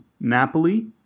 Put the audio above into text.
Napoli